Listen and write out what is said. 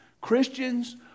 Christians